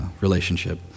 relationship